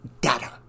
data